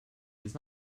does